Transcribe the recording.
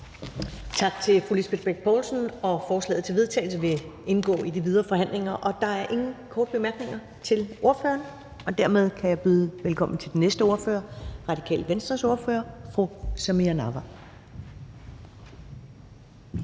Tak til fru Lisbeth Bech-Nielsen. Forslaget til vedtagelse vil indgå i de videre forhandlinger. Der er ingen korte bemærkninger til ordføreren, og dermed kan jeg byde velkommen til den næste ordfører, som er Radikale Venstres ordfører, fru Samira Nawa.